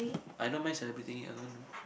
I don't mind celebrating it alone though